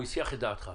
הוא הסיח את דעתך.